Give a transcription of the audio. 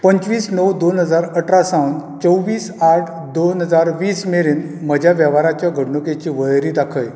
पंचवीस णव दोन हजार अठरा सावन चोवीस आठ दोन हजार वीस मेरेन म्हज्या वेव्हाराच्या घडणुकेची वळेरी दाखय